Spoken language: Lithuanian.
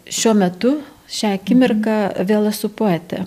šiuo metu šią akimirką vėl esu poetė